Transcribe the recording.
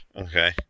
Okay